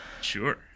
sure